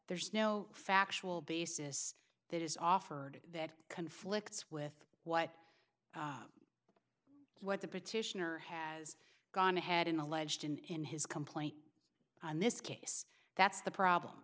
there's no factual basis that is offered that conflicts with what what the petitioner has gone ahead and alleged in his complaint in this case that's the problem